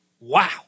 Wow